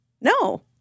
No